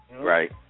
Right